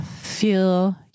Feel